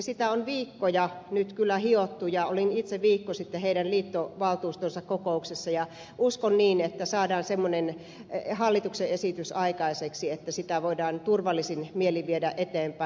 sitä on viikkoja nyt kyllä hiottu ja olin itse viikko sitten heidän liittovaltuustonsa kokouksessa ja uskon niin että saadaan semmoinen hallituksen esitys aikaiseksi että sitä voidaan turvallisin mielin viedä eteenpäin